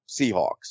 Seahawks